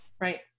Right